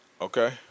Okay